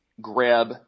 grab